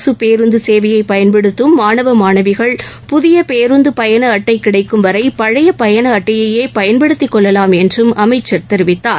அரசு பேருந்து சேவையை பயன்படுத்தும் மாணவ மாணவிகள் புதிய பேருந்து பயண அட்டை கிடைக்கும் வரை பழைய பயண அட்டையையே பயன்படுத்திக்கொள்ளலாம் என்றும் அமைச்சர் தெரிவித்தார்